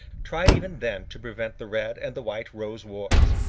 tried even then to prevent the red and the white rose wars.